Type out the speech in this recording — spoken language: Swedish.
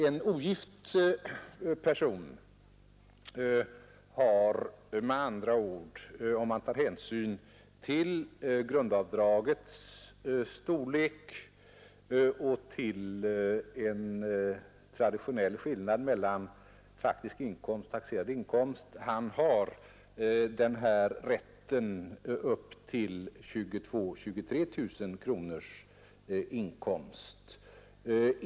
En ogift person har med andra ord, om man tar hänsyn till grundavdragets storlek och till en traditionell skillnad mellan faktisk inkomst och taxerad inkomst, den här rätten upp till 22 000—23 000 kronors inkomst.